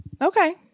Okay